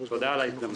תודה על ההזדמנות.